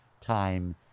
time